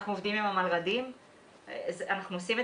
אנחנו עובדים עם המלר"דים ואנחנו עושים את